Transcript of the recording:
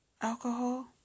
alcohol